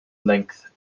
length